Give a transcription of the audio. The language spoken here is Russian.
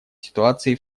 ситуации